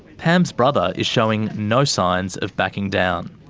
pam's brother is showing no signs of backing down.